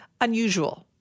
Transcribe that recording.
unusual